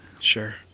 Sure